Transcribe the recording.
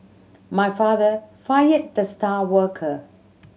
my father fired the star worker